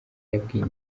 yabwiye